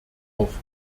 auf